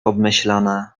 obmyślane